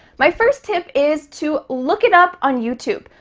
my first tip is to look it up on youtube.